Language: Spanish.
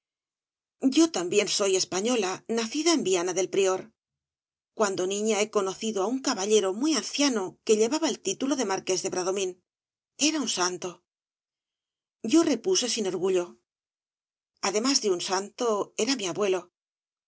yo también soy española nacida en viana del prior cuando niña he conocido á un caballero muy anciano que llevaba el título de marqués de bradomín era un santo yo repuse sin orgullo además de un santo era mi abuelo